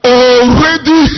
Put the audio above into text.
already